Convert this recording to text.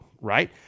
right